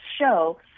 show